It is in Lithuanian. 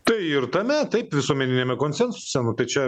tai ir tame taip visuomeniniame konsensuse nu tai čia